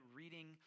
reading